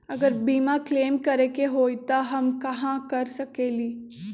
अगर बीमा क्लेम करे के होई त हम कहा कर सकेली?